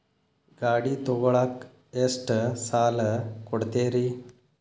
ಗಾಡಿ ತಗೋಳಾಕ್ ಎಷ್ಟ ಸಾಲ ಕೊಡ್ತೇರಿ?